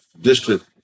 district